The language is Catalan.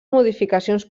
modificacions